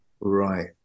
right